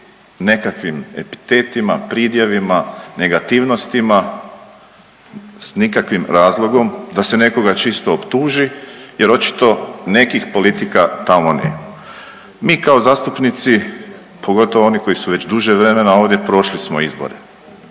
nekakvim epitetima, pridjevima, negativnostima s nikakvim razlogom da se nekoga čisto optuži jer očito nekih politika tamo nema. Mi kao zastupnici, pogotovo oni koji su već duže vremena ovdje prošli smo izbore